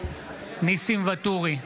ניסים ואטורי,